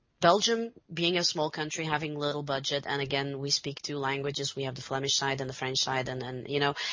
belgium being a small country having little budget and again, we speak two languages. we have the flemish side and the french side and then, you know,